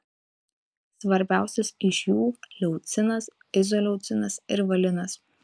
svarbiausios iš jų leucinas izoleucinas ir valinas